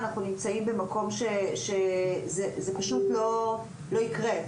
אנחנו נמצאים במקום שזה פשוט לא יקרה.